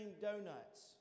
donuts